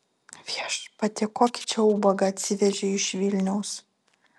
viešpatie kokį čia ubagą atsivežei iš vilniaus